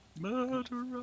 murderer